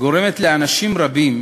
גורמת לאנשים רבים